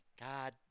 God